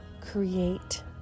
create